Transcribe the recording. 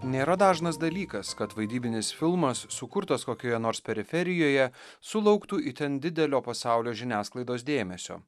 nėra dažnas dalykas kad vaidybinis filmas sukurtas kokioje nors periferijoje sulauktų itin didelio pasaulio žiniasklaidos dėmesio